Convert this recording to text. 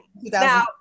Now